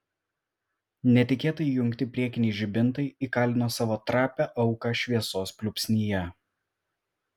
netikėtai įjungti priekiniai žibintai įkalino savo trapią auką šviesos pliūpsnyje